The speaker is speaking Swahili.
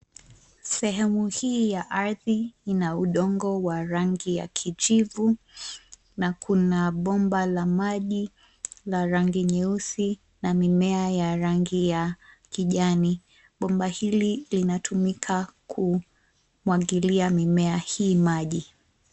Sehemu hii ya ardhi ina udongo wa rangi ya kijivu, na kuna bomba la maji, la rangi nyeusi na mimea ya rangi ya, kijani, bomba hili linatumika, kumwagilia mimea hii maji.